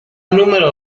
número